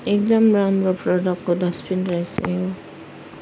एकदम राम्रो प्रडक्टको डस्टबिन रहेछ यो